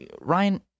Ryan